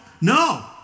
No